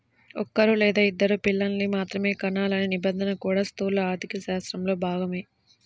ఒక్కరూ లేదా ఇద్దరు పిల్లల్ని మాత్రమే కనాలనే నిబంధన కూడా స్థూల ఆర్థికశాస్త్రంలో భాగమే